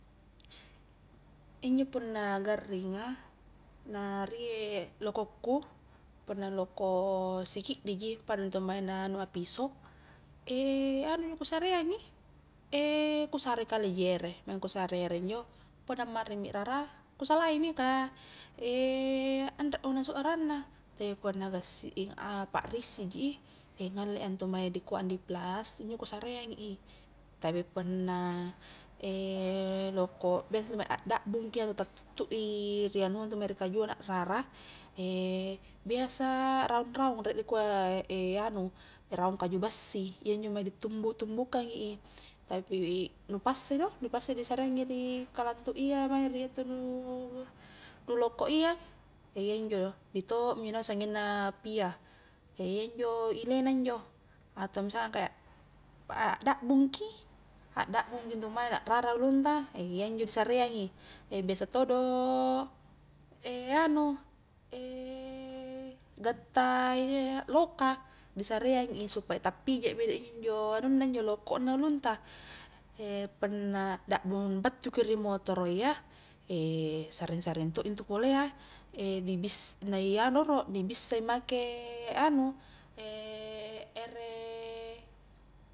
Injo punna garringa nah rie lokokku, punna loko sikiddiji pada ntu mae na anua piso, anuji kusareangi, kusare kaleji ere maing, kusare ere injo punna marimi rara kusalaimi kah aremo nasulu rarana, tapi punna gassi parisi ji i, angalenga ntua mae dikua andiplast injo kusareangi i, tapi punna loko biasa intu mae a dabbungki atau ta tuttu i rianu intu mae ri kajua na rara, biasa raung-raung rie nikua anu raung kaju bassi iyanjo mae ditumbu-tumbukkangi i, tapi nu passe do, nu passe disareangi ri kalantu iya mae ri atau nu loko iya, eh iya njo dito mi injo naung sanggengna piya, eh iya injo ilena njo atau misalkan kayak a dabbungki, a dabbungki intu mae na rara ulungta eh iya njo disareangi, biasa todo anu gatta loka diareangi supaya tappije nede injo njo anunna njo lokona ulungta, punna dabbung battuki ri motoro iya saring-saring to intu pole iya dibis na iyanu loro dibissai make anu ere.